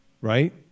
right